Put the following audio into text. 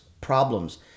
problems